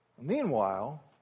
Meanwhile